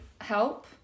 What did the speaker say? help